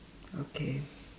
okay